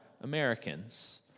Americans